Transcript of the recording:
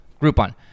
Groupon